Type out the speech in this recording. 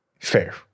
fair